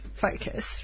focus